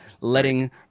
letting